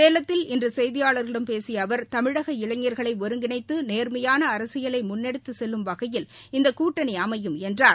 சேலத்தில் இன்று செய்தியாளர்களிடம் பேசிய அவர் தமிழக இளைஞர்களை ஒருங்கிணைத்து நேர்மையான அரசியலை முன்னெடுத்துச் செல்லும் வகையில் இந்தக் கூட்டணி அமையும் என்றார்